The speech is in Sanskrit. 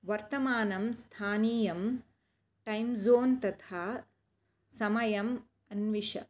वर्तमानं स्थानीयं टैं ज़ोन् तथा समयम् अन्विश